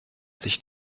sich